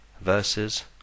verses